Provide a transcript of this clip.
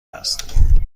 است